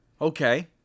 Okay